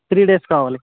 three days కావాలి